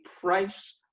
price